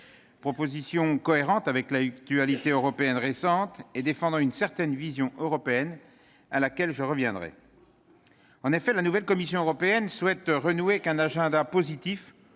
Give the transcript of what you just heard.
qui est cohérente avec l'actualité européenne récente et qui défend une certaine vision européenne, sur laquelle je reviendrai. En effet, la nouvelle Commission européenne souhaite renouer avec un agenda positif,